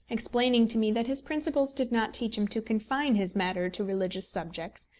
explaining to me that his principles did not teach him to confine his matter to religious subjects,